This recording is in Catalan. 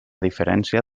diferència